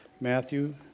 Matthew